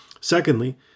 Secondly